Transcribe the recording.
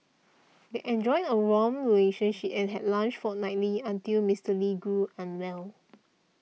they enjoyed a warm relationship and had lunch fortnightly until Mister Lee grew unwell